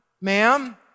Ma'am